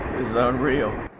is unreal.